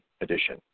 edition